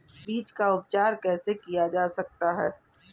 बीज का उपचार कैसे किया जा सकता है?